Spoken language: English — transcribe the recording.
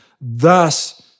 thus